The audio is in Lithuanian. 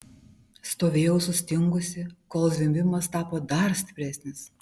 stovėjau sustingusi kol zvimbimas tapo dar stipresnis